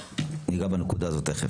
אנחנו נחדד את זה ותכף ניגע בנקודה הזאת.